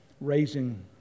raising